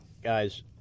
Guys